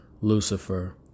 Lucifer